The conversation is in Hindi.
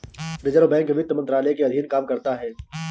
रिज़र्व बैंक वित्त मंत्रालय के अधीन काम करता है